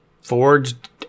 forged